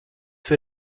für